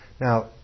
Now